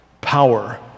power